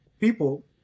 people